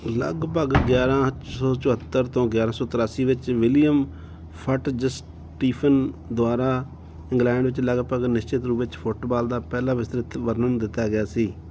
ਲਗਭਗ ਗਿਆਰ੍ਹਾਂ ਸੌ ਚੁਹੱਤਰ ਤੋਂ ਗਿਆਰ੍ਹਾਂ ਸੌ ਤ੍ਰਿਆਸੀ ਵਿੱਚ ਵਿਲੀਅਮ ਫਟਜ਼ਸਟੀਫਨ ਦੁਆਰਾ ਇੰਗਲੈਂਡ ਵਿੱਚ ਲਗਭਗ ਨਿਸ਼ਚਿਤ ਰੂਪ ਨਾਲ ਫੁੱਟਬਾਲ ਦਾ ਪਹਿਲਾ ਵਿਸਤ੍ਰਿਤ ਵਰਣਨ ਦਿੱਤਾ ਗਿਆ ਸੀ